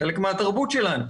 חלק מהתרבות שלנו.